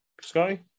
Scotty